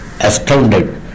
astounded